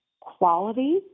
quality